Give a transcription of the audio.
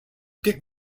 dick